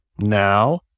now